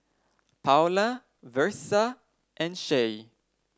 Paola Versa and Shae